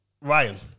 Ryan